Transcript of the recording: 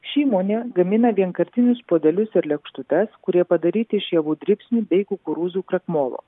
ši įmonė gamina vienkartinius puodelius ir lėkštutes kurie padaryti iš javų dribsnių bei kukurūzų krakmolo